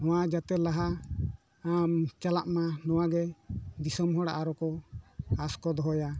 ᱱᱚᱣᱟ ᱡᱟᱛᱮ ᱞᱟᱦᱟ ᱟᱢ ᱪᱟᱞᱟᱜ ᱢᱟ ᱱᱚᱣᱟ ᱜᱮ ᱫᱤᱥᱚᱢ ᱦᱚᱲ ᱟᱨᱚ ᱠᱚ ᱟᱸᱥ ᱠᱚ ᱫᱚᱦᱚᱭᱟ